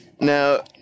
Now